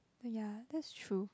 ya that's true